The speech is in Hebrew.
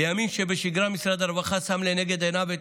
בימים שבשגרה משרד הרווחה שם לנגד עיניו את